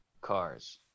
cars